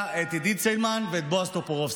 יש פה במליאה את עידית סילמן ואת בועז טופורובסקי,